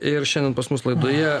ir šiandien pas mus laidoje